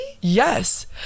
Yes